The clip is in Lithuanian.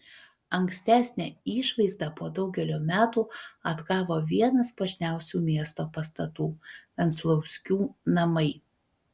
ankstesnę išvaizdą po daugelio metų atgavo vienas puošniausių miesto pastatų venclauskių namai